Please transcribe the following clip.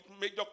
major